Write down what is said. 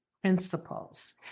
principles